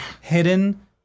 hidden